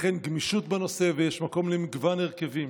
תיתכן גמישות בנושא ויש מקום למגוון הרכבים,